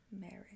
marriage